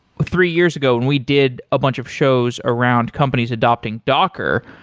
three years ago, and we did a bunch of shows around companies adopting docker.